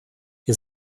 wir